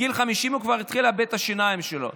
בגיל 50 התחיל לאבד את השיניים שלו.